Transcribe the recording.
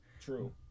true